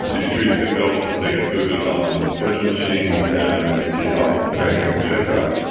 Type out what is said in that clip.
these trees get built. they get booted on virtual machines and see how if anything shakes out.